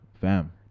fam